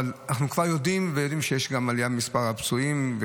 אבל אנחנו כבר יודעים שיש עלייה במספר הפצועים,